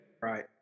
Right